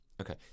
okay